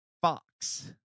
Fox